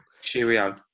Cheerio